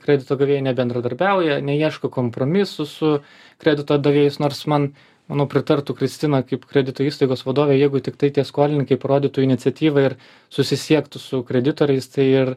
kredito gavėjai nebendradarbiauja neieško kompromisų su kredito davėjais nors man manau pritartų kristina kaip kredito įstaigos vadovė jeigu tiktai tie skolininkai parodytų iniciatyvą ir susisiektų su kreditoriais tai ir